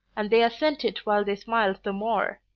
and they assented while they smiled the more.